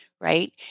Right